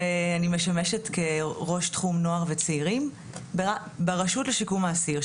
אני משמשת כראש תחום נוער וצעירים ברשות לשיקום האסיר.